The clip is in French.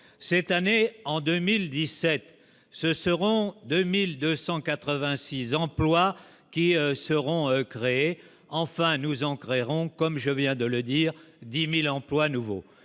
c'est un et en 2017, ce seront 2280 6 emplois qui seront créés, enfin nous en créerons comme je viens de le dire 10000 emplois nouveaux,